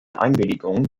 einwilligung